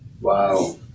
Wow